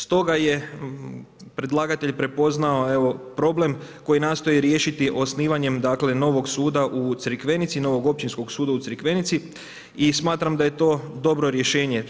Stoga je predlagatelj prepoznao problem, koji nastoji riješiti osnivanjem novog suda u Crikvenici, novog Općinskog suda u Crikvenici i smatram da je to dobro rješenje.